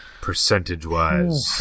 percentage-wise